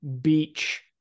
beach